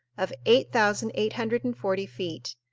of eight thousand eight hundred and forty feet,